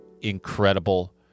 incredible